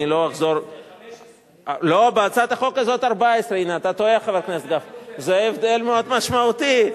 15. לא, בהצעת החוק הזו 14. זה הבדל מאוד משמעותי.